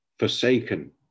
Forsaken